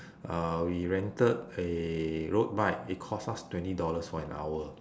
uh we rented a road bike it cost us twenty dollars for an hour